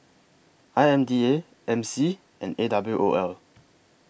I M D A M C and A W O L